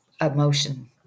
emotion